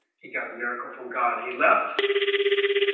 he got a miracle from god he left